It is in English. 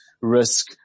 risk